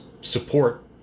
support